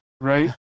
right